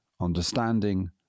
understanding